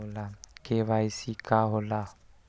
KYC का होला?